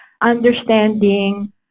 understanding